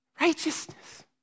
Righteousness